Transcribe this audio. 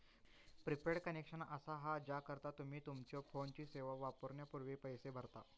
prepaid connection असा हा ज्याकरता तुम्ही तुमच्यो फोनची सेवा वापरण्यापूर्वी पैसो भरता